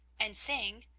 and sing,